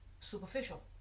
superficial